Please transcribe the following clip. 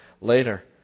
later